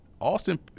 Austin